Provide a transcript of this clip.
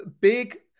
big